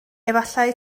efallai